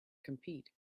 compete